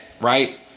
right